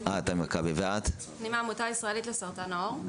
אני מנהלת תוכניות בעמותה הישראלית לסרטן העור.